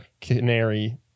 canary